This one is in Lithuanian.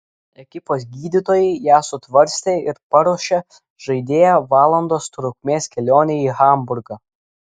ekipos gydytojai ją sutvarstė ir paruošė žaidėją valandos trukmės kelionei į hamburgą